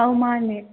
ꯑꯧ ꯃꯥꯟꯅꯦ